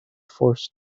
forced